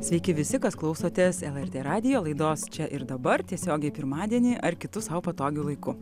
sveiki visi kas klausotės lrt radijo laidos čia ir dabar tiesiogiai pirmadienį ar kitu sau patogiu laiku